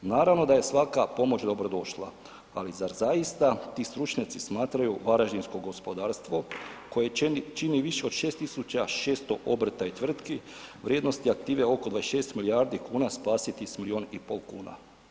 Naravno da je svaka pomoć dobrodošla, ali zar zaista ti stručnjaci smatraju varaždinsko gospodarstvo koje čini više od 6.600 obrta i tvrtki vrijednosti aktive oko 26 milijardi kuna spasiti s milion i pol kuna.